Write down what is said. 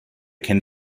kennt